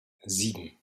sieben